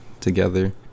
together